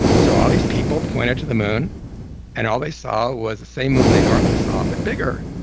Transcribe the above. so all these people pointed to the moon and all they saw was the same moon they normally saw but bigger.